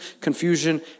confusion